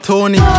Tony